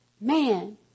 man